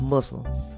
Muslims